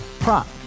Prop